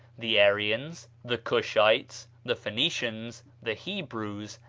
the aryans, the cushites, the phoenicians, the hebrews,